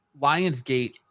Lionsgate